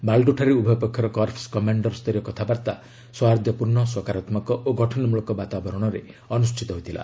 ମାଲଡୋଠାରେ ଉଭୟ ପକ୍ଷର corps commander ସ୍ତରୀୟ କଥାବାର୍ତ୍ତା ସୌହାର୍ଦ୍ଦପୂର୍ଣ୍ଣ ସକାରାତ୍ମକ ଓ ଗଠନମୂଳକ ବାତାବରଣରେ ଅନୁଷ୍ଠିତ ହୋଇଥିଲା